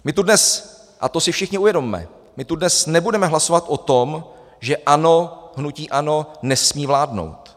My tu dnes, a to si všichni uvědomme, my tu dnes nebudeme hlasovat o tom, že ANO hnutí ANO nesmí vládnout.